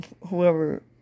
whoever